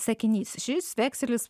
sakinys šis vekselis